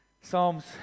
Psalms